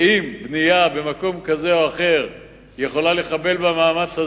ואם בנייה במקום כזה או אחר יכולה לחבל במאמץ הזה,